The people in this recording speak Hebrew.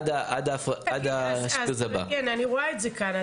על פי הנתונים שיש בידי אולי יש לכם נתונים יותר